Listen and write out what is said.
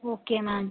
okay ma'am